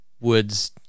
woods